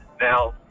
Now